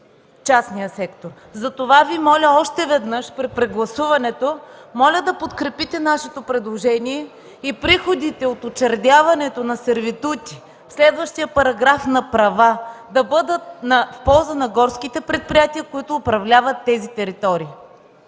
частния сектор. Затова Ви моля още веднъж – при прегласуването да подкрепите нашето предложение и приходите от учредяването на сервитути, следващият параграф на права, да бъдат в полза на горските предприятия, които управляват тези територии.